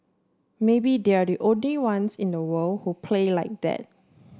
maybe they're the only ones in the world who play like that